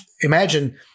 imagine